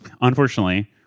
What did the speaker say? unfortunately